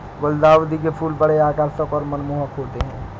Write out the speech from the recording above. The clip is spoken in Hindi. गुलदाउदी के फूल बड़े आकर्षक और मनमोहक होते हैं